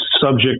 subject